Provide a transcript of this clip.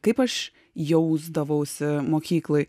kaip aš jausdavausi mokykloj